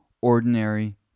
ordinary